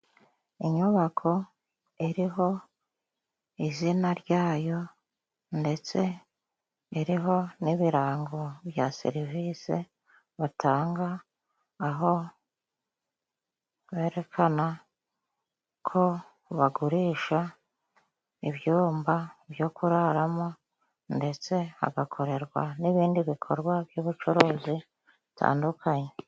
Inyubako iriho izina ryayo ndetse iriho n'ibirango bya serivisi batanga, aho berekana ko bagurisha ibyumba byo kuraramo, ndetse hagakorerwa n'ibindi bikorwa by'ubucuruzi bitandukanye.